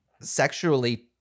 sexually